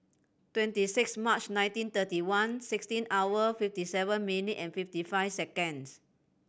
twenty six March nineteen thirty one sixteen hour fifty seven minute and fifty five seconds